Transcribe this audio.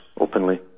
openly